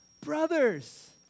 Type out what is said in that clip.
brothers